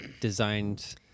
designed